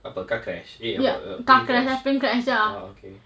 apa car crash eh apa uh plane crash